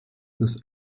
des